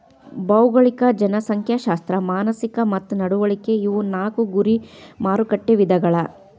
ಭೌಗೋಳಿಕ ಜನಸಂಖ್ಯಾಶಾಸ್ತ್ರ ಮಾನಸಿಕ ಮತ್ತ ನಡವಳಿಕೆ ಇವು ನಾಕು ಗುರಿ ಮಾರಕಟ್ಟೆ ವಿಧಗಳ